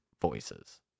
voices